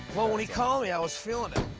well, when he called me, i was feeling it.